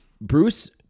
Bruce